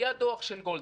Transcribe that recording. היה דוח של גולדברג.